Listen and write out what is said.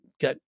got